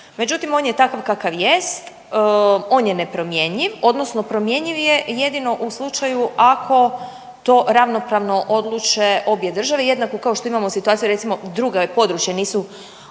Međutim, on je takav kakav jest, on je nepromjenjiv, odnosno promjenjiv je jedino u slučaju ako to ravnopravno odluče obje države, jednako kao što imamo situaciju recimo, druga područja, nisu obrana